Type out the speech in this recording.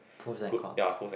pros and cons